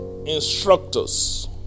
instructors